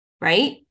right